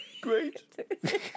Great